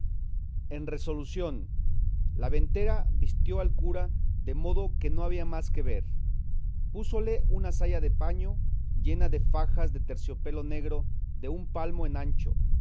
en resolución la ventera vistió al cura de modo que no había más que ver púsole una saya de paño llena de fajas de terciopelo negro de un palmo en ancho